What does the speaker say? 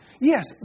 Yes